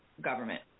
government